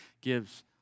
gives